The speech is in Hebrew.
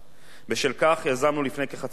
בשל כך יזמנו לפני כחצי שנה,